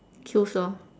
kills lor